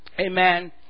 Amen